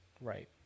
Right